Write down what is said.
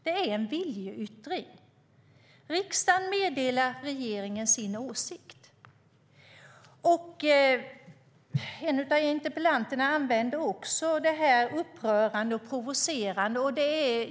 Det är en viljeyttring - riksdagen meddelar sin åsikt. En av interpellanterna använder ord som upprörande och provocerande.